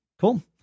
cool